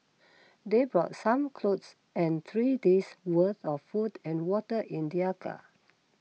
they brought some clothes and three days worth of food and water in their car